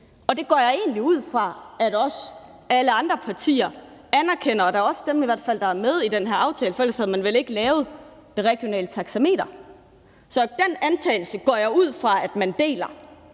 og det går jeg egentlig ud fra at alle andre partier også anerkender, i hvert fald dem, der er med i den her aftale, for ellers havde man vel ikke lavet det regionale taxameter. Så den antagelse går jeg ud fra at man deler,